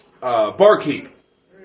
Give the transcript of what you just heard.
barkeep